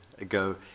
ago